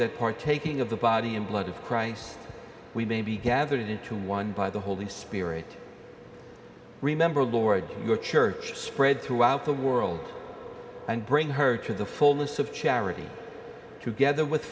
that partaking of the body and blood of christ we may be gathered into one by the holy spirit remember lord your church spread throughout the world and bring her to the fullness of charity together with